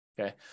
Okay